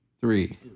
three